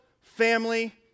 family